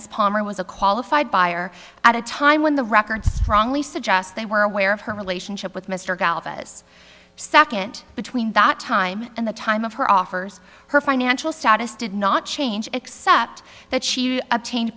miss palmer was a qualified buyer at a time when the records strongly suggest they were aware of her relationship with mr galvanise second between the time and the time of her offers her financial status did not change except that she obtained